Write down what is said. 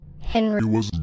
Henry